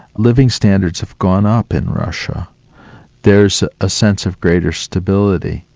living standards have gone up in russia there's a sense of greater stability,